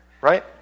Right